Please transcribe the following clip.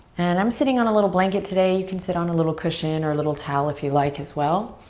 and i'm sitting on a little blanket today. you can sit on a little cushion or a little towel if you like as well.